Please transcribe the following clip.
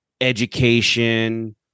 education